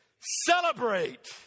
Celebrate